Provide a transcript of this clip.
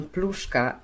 Pluszka